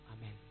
Amen